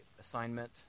assignment